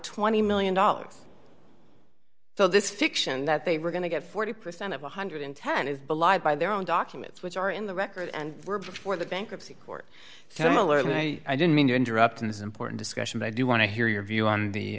twenty million dollars so this fiction that they were going to get forty percent of one hundred and ten is belied by their own documents which are in the record and were before the bankruptcy court so miller and i didn't mean to interrupt this important discussion but i do want to hear your view on the